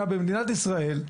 במדינת ישראל,